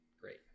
Great